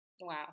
Wow